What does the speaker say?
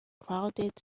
crowded